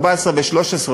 14,000 ו-13,000,